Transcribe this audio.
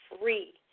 free